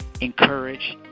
encourage